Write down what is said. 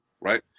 right